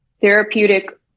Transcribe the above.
therapeutic